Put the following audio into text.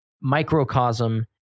microcosm